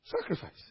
Sacrifice